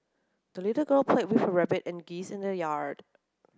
the little girl played with her rabbit and geese in the yard